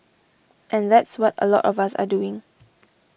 and that's what a lot us are doing